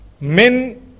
men